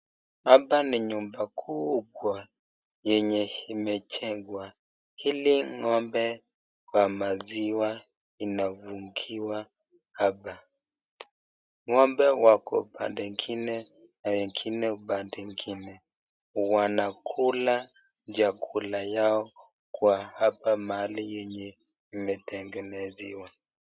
Hapa ni nyumba kubwa yenye imejengwa ili ng'ombe wa maziwa inafungiwa hapa. Ng'ombe wako pande ingine na wengine upande ingine. Wanakula chakula yao kwa hapa mahali yenye imetengenezewa.